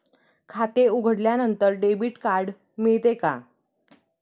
खाते उघडल्यानंतर debit card मिळते का?